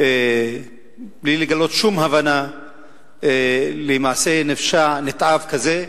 בלי לגלות שום הבנה למעשה נפשע ונתעב כזה.